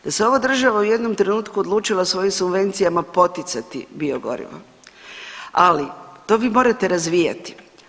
Da se ova država u jednom trenutku odlučila svojim subvencijama poticati biogoriva, ali to vi morate razvijati.